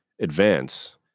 advance